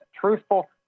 truthful